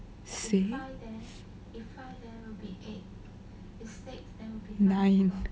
six nine